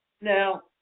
Now